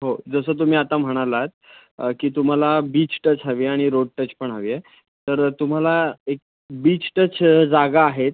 हो जसं तुम्ही आता म्हणालात की तुम्हाला बीच टच हवी आणि रोड टच पण हवी आहे तर तुम्हाला एक बीच टच जागा आहेत